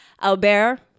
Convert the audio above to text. Albert